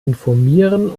informieren